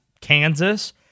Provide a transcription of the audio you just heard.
Kansas